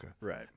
Right